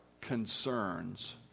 concerns